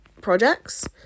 projects